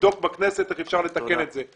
תבדוק בכנסת איך אפשר לתקן את זה.